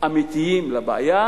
אמיתיים לבעיה,